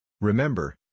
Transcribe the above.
Remember